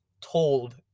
told